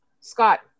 Scott